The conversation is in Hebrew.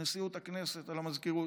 נשיאות הכנסת, במזכירות.